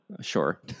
Sure